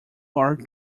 are